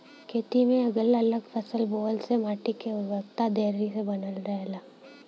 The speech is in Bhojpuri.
खेती में अगल अलग फसल बोअला से माटी के उर्वरकता देरी ले बनल रहेला